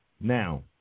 Now